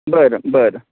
बरं बरं